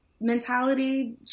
mentality